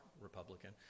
Republican